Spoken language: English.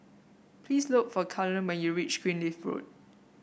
please look for Kalen when you reach Greenleaf Road